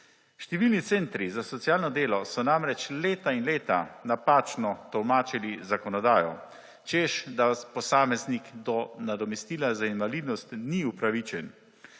Številni centri za socialno delo so namreč leta in leta napačno tolmačili zakonodajo, češ da posameznik do nadomestila za invalidnost ni upravičen,